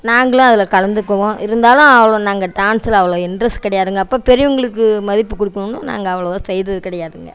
நாங்களும் அதில் கலந்துக்குவோம் இருந்தாலும் அவ்வளோ நாங்கள் டான்ஸில் அவ்வளோ இன்ரெஸ்ட் கிடையாதுங்க அப்போ பெரியவங்களுக்கு மதிப்பு கொடுக்கணுன்னு நாங்கள் அவ்வளவா செய்தது கிடையாதுங்க